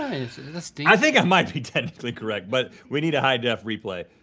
i think i might be technically correct but, we need a high def replay.